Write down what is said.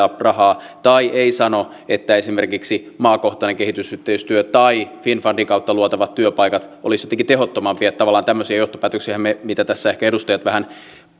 rahaa tai ei sano että esimerkiksi maakohtainen kehitysyhteistyö tai finnfundin kautta luotavat työpaikat olisivat jotenkin tehottomampia tavallaan tämmöisiä johtopäätöksiähän mitä tässä ehkä edustajat vähän